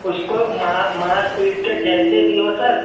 उसको मा मार पीट कर जैसे भी हो सर